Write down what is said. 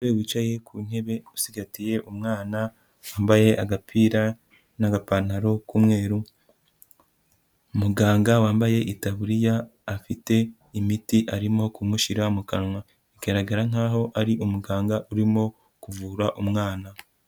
Umugore wicaye ku ntebe usigagati umwana, wambaye agapira n'agapantaro k'umweru; muganga wambaye itaburiya, afite imiti arimo kumushyira mu kanwa. Bigaragara nkaho ari umuganga urimo kuvura umwana.